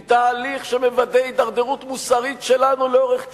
היא תהליך שמבטא הידרדרות מוסרית שלנו לאורך שנים.